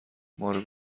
مارو